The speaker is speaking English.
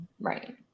right